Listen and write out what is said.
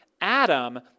Adam